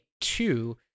two